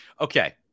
okay